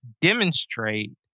demonstrate